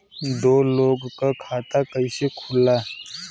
दो लोगक खाता कइसे खुल्ला?